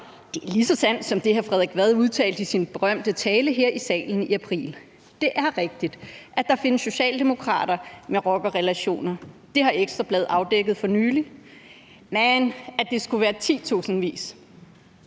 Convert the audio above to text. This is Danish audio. det er lige så sandt som det, hr. Frederik Vad udtalte i sin berømte tale her i salen i april. Det er rigtigt, at der findes socialdemokrater med rockerrelationer. Det har Ekstra Bladet afdækket for nylig, men at det skulle være titusindvis